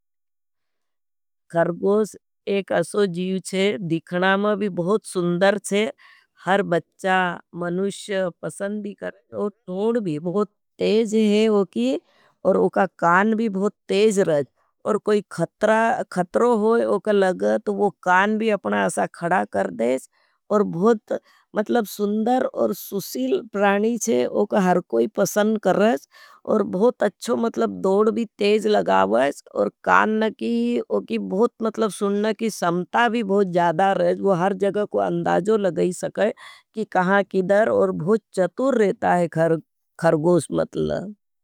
करगोस एक अशो जीव छे, दिखना में भी बहुत सुन्दर छे। हर बच्चा मनुष्य पसंद भी कर रहे हैं और दोड़ भी बहुत तेज है उकी। और उका कान भी बहुत तेज रहे हैं और कोई खत्रो होई। उका लग तो वो कान भी अपना अशा खड़ा कर देश और बहुत सुन्दर और सुसिल प्राणी छे। उका हर कोई पसंद कर रहे हैं और बहुत अच्छो दोड़ भी तेज लगा वाईश। और समता भूँ ज़्यादा रहे, वो हर जगा को अंदाजो लगई सके, कहा किदर और भूँ चतूर रहता है खर खरगोष मतलब।